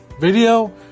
video